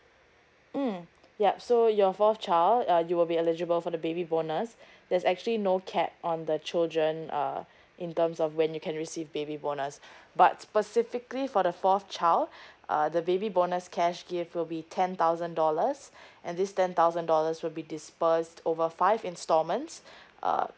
mm yup so your fourth child uh you will be eligible for the baby bonus there's actually no cap on the children err in terms of when you can receive baby bonus but specifically for the fourth child uh the baby bonus cash give will be ten thousand dollars and this ten thousand dollars will be disperse over five instalments err